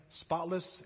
spotless